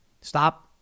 Stop